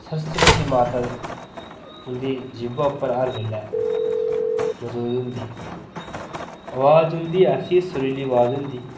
सरस्वती माता उं'दी जीभै पर हर बेल्लै मजूद होंदी अवाज उं'दी ऐसी सुरीली अवाज होंदी